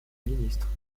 ministres